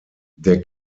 der